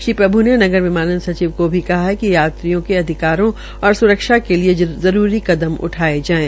श्री प्रभ् ने नगर विमानन सचिव को भी कहा है कि यात्रियों के अधिकारों और सुरक्षा के लिये जरूरी कदम उठाये जाये